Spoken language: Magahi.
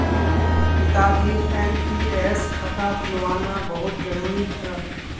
पिताजीर एन.पी.एस खाता खुलवाना बहुत जरूरी छ